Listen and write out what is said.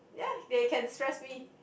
ya they can stress me